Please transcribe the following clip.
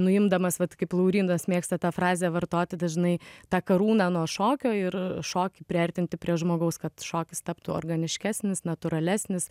nuimdamas vat kaip laurynas mėgsta tą frazę vartoti dažnai tą karūną nuo šokio ir šokį priartinti prie žmogaus kad šokis taptų organiškesnis natūralesnis